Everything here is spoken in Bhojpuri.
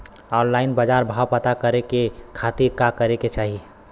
ऑनलाइन बाजार भाव पता करे के खाती का करे के चाही?